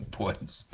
points